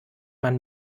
man